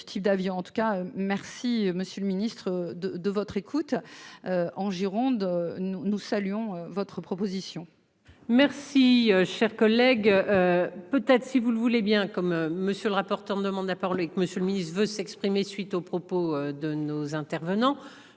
type d'avion, en tout cas merci monsieur le Ministre de de votre écoute en Gironde, nous saluons votre proposition. Merci, cher collègue, peut-être, si vous le voulez bien comme monsieur le rapporteur demande à parler avec Monsieur le Ministre, veut s'exprimer suite aux propos de nos intervenants,